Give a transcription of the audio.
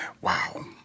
Wow